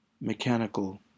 mechanical